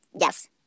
Yes